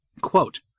Quote